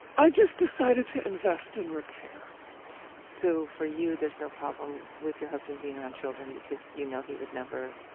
i just decided to invest in repair so for you, there's no problem with your husband being around children because you know he would never